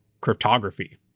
cryptography